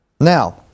Now